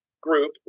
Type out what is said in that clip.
group